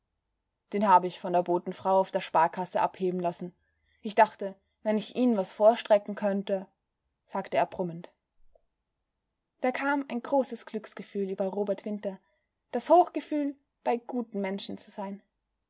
den hab ich von der botenfrau auf der sparkasse abheben lassen ich dachte wenn ich ihn'n was vorstrecken könnte sagte er brummend da kam ein großes glücksgefühl über robert winter das hochgefühl bei guten menschen zu sein